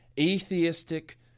atheistic